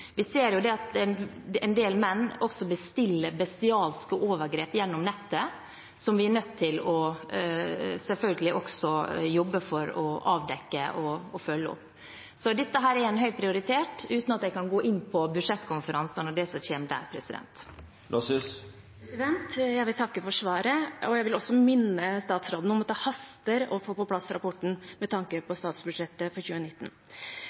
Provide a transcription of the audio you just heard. Vi ser at en del menn også bestiller bestialske overgrep gjennom nettet, og det er vi selvfølgelig også nødt til å jobbe for å avdekke og følge opp. Så dette er høyt prioritert, uten at jeg kan gå inn på budsjettkonferansen og det som kommer der. Jorunn Gleditsch Lossius – til oppfølgingsspørsmål. Jeg vil takke for svaret, og jeg vil også minne statsråden om at det haster å få på plass rapporten med tanke på statsbudsjettet for 2019.